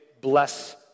bless